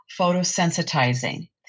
photosensitizing